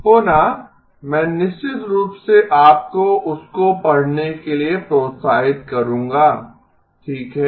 पुनः मैं निश्चित रूप से आपको उसको पढ़ने के लिए प्रोत्साहित करूंगा ठीक है